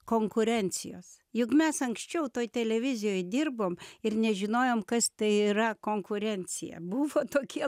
konkurencijos juk mes anksčiau toj televizijoj dirbom ir nežinojom kas tai yra konkurencija buvo tokie